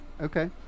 Okay